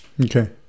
okay